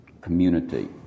community